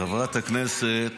לחברת הכנסת